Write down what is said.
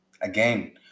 Again